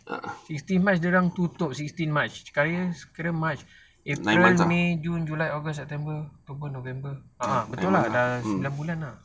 sixteen march dia orang tutup sixteen march sekali kira march april may june july august september november a'ah betul lah dah sembilan bulan ah